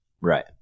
Right